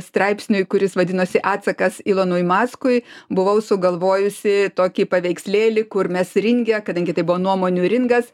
straipsniui kuris vadinasi atsakas ilonui maskui buvau sugalvojusi tokį paveikslėlį kur mes ringe kadangi tai buvo nuomonių ringas